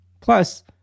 Plus